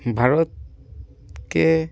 ভারতকে